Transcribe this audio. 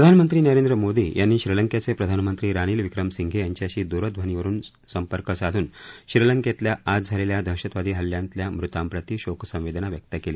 प्रधानमंत्री नरेंद्र मोदी यांनी श्रीलंकेचे प्रधानमंत्री रानील विक्रमकसिंघे यांच्याशी दूरध्वनीवरुन संपर्क साधून श्रीलंकेतल्या आज झालेल्या दहशतवादी हल्ल्यातल्या मृतांप्रती शोकसंवेदना व्यक्त केली